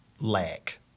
lack